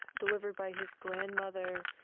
delivered by his grandmother.